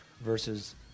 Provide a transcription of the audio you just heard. versus